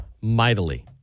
mightily